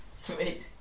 Sweet